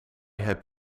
heb